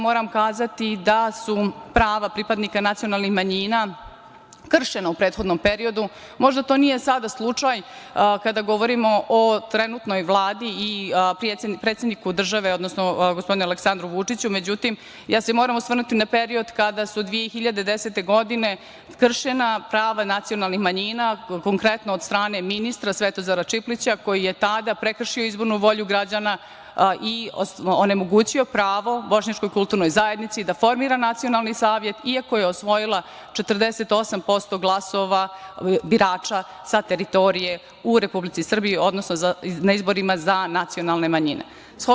Moram kazati da su prava pripadnika nacionalnih manjina kršena u prethodnom periodu, možda to sada nije slučaj kada govorimo o trenutnoj Vladi i predsedniku države, odnosno gospodinu, Aleksandru Vučiću, međutim, ja se moram osvrnuti na period kada su 2010. godine kršena prava nacionalnih manjina, konkretno od strane ministra, Svetozara Čiplića koji je tada prekršio izbornu volju građana i onemogućio pravo, bošnjačkoj kulturnoj zajednici da formira nacionalni savet iako je osvojila 48% glasova birača sa teritorije u Republici Srbiji, odnosno na izborima za nacionalne manjina.